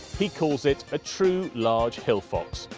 he calls it a true large hill fox,